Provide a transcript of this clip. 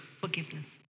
Forgiveness